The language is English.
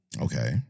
Okay